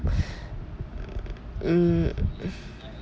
mm